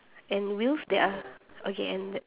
and the wheels there are okay and the